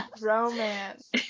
romance